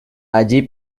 allí